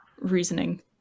Reasoning